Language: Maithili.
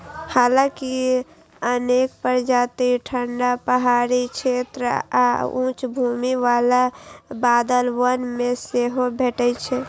हालांकि अनेक प्रजाति ठंढा पहाड़ी क्षेत्र आ उच्च भूमि बला बादल वन मे सेहो भेटै छै